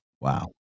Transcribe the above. wow